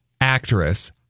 actress